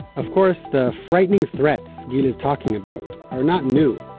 of course, the frightening threats gil is talking about are not new.